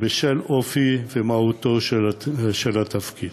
בשל אופי ומהותו של התפקיד.